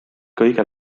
kõige